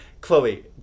chloe